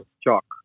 Chalk